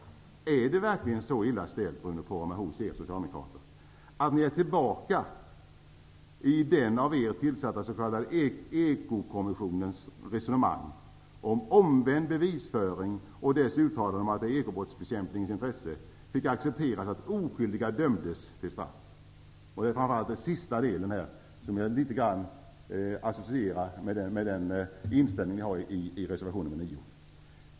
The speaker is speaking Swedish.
Är det verkligen så illa ställt hos er socialdemokrater, Bruno Poromaa, att ni är tillbaka i den av er tillsatta s.k. Ekokommissionens resonemang om omvänd bevisföring och dess uttalande om att det i ekobrottsbekämpningens intresse fick accepteras att oskyldiga dömdes till straff? Det sistnämnda associerar jag litet grand med den inställning som ni ger uttryck för i reservation nr 9.